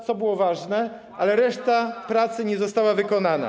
co było ważne, ale reszta pracy nie została wykonana.